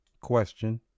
question